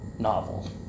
Novel